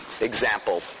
example